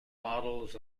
models